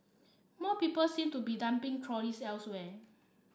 more people seem to be dumping trolleys elsewhere